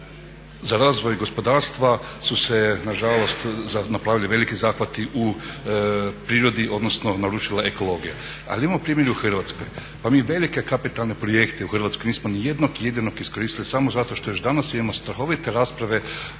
za razvoj gospodarstva su se nažalost napravili veliki zahvati u prirodi odnosno narušila ekologija. Ali imamo primjer u Hrvatskoj, pa mi velike kapitalne projekte u Hrvatskoj nismo ni jednog jedinog iskoristili samo zato što još danas imamo strahovite rasprave